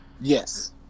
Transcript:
yes